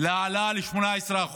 להעלאה ל-18%,